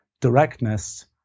directness